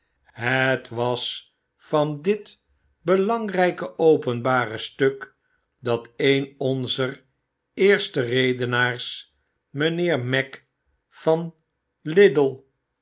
het was van dit belangrpe openbare stuk dat een tmzer eerste redenaars mgnheer magg van little